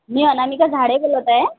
मी अनामिका झाडे बोलत आहे